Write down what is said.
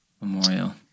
memorial